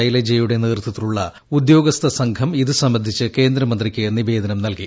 ശൈലജയുടെ നേതൃത്വത്തിലുള്ള ഉദ്യോഗസ്ഥസംഘം ഇതു സംബന്ധിച്ച് കേന്ദ്രമന്ത്രിക്ക് നിവേദനം നൽകി